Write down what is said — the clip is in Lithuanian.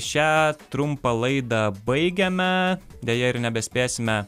šią trumpą laidą baigiame deja ir nebespėsime